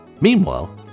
Meanwhile